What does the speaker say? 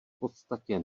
podstatě